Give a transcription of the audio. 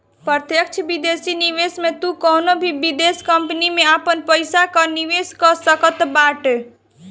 प्रत्यक्ष विदेशी निवेश में तू कवनो भी विदेश कंपनी में आपन पईसा कअ निवेश कअ सकत बाटअ